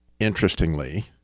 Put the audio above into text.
Interestingly